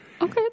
Okay